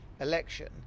election